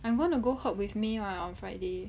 I'm gonna go hop with may [what] on friday